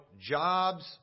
jobs